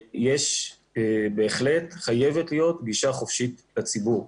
יש ובהחלט חייבת להיות גישה חופשית לציבור.